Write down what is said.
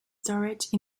storage